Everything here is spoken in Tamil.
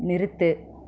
நிறுத்து